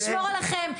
ישמור עליכם,